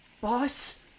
Boss